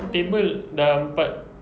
table dah empat